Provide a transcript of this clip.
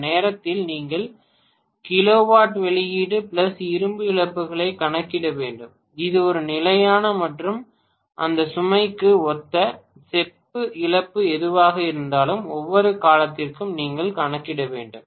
அந்த நேரத்தில் நீங்கள் கிலோவாட் வெளியீடு இரும்பு இழப்புகளை கணக்கிட வேண்டும் இது ஒரு நிலையான மற்றும் அந்த சுமைக்கு ஒத்த செப்பு இழப்பு எதுவாக இருந்தாலும் ஒவ்வொரு காலத்திற்கும் நீங்கள் கணக்கிட வேண்டும்